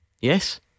Yes